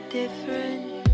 different